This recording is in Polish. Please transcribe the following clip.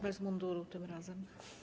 Bez munduru tym razem.